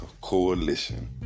Coalition